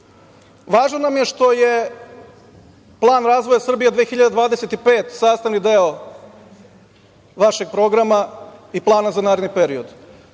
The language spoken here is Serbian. cilja. Važno nam je što je plan razvoja Srbije 2025 sastavni deo vašeg programa i plana za naredni period.